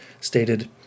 stated